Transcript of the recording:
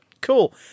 Cool